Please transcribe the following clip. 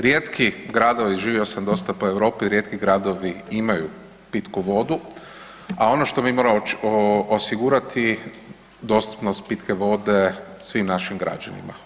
Rijetki gradovi, živio sam dosta po Europi, rijetki gradovi imaju pitku vodu a ono što mi moramo osigurati, dostupnost pitke vode svim našim građanima.